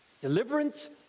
Deliverance